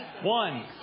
One